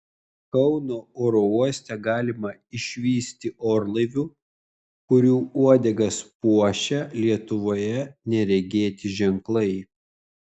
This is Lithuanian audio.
kauno oro uoste galima išvysti orlaivių kurių uodegas puošia lietuvoje neregėti ženklai